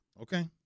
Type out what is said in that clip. Okay